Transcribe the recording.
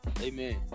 Amen